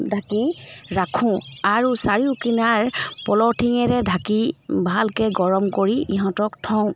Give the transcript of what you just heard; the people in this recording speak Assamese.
ঢাকি ৰাখোঁ আৰু চাৰিও কিনাৰ পলিথিনেৰে ঢাকি ভালকৈ গৰম কৰি ইহঁতক থওঁ